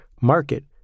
market